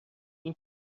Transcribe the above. این